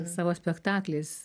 savo spektakliais